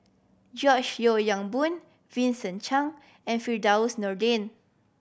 George Yeo Yong Boon Vincent Cheng and Firdaus Nordin